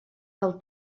del